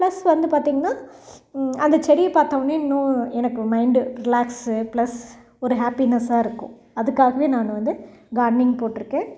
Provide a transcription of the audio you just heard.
plus வந்து பார்த்திங்கன்னா அந்த செடியை பார்த்தவோனே இன்னும் எனக்கு மைண்டு ரிலாக்ஸ்ஸு ப்ளஸ் ஒரு ஹேப்பினஸ்ஸாக இருக்கும் அதுக்காகவே நான் வந்து கார்ட்னிங் போட்டுருக்கேன்